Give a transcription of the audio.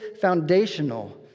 foundational